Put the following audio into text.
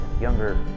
younger